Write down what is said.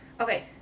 Okay